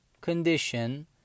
condition